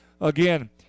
again